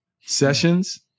sessions